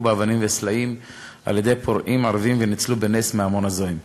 באבנים וסלעים על-ידי פורעים ערבים וניצלה בנס מהמון זועם.